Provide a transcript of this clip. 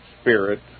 spirit